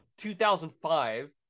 2005